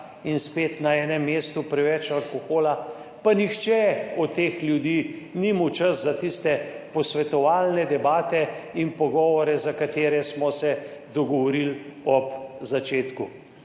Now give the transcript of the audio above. in spet na enem mestu preveč alkohola, pa nihče od teh ljudi ni imel časa za tiste posvetovalne debate in pogovore, za katere smo se dogovorili na začetku.